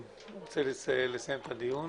מסיימים את הדיון.